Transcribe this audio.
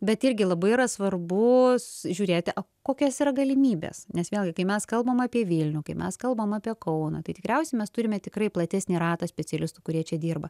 bet irgi labai yra svarbus žiūrėti kokios yra galimybės nes vėlgi kai mes kalbam apie vilnių kai mes kalbam apie kauną tai tikriausiai mes turime tikrai platesnį ratą specialistų kurie čia dirba